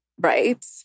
right